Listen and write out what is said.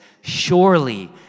surely